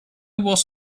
was